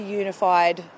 unified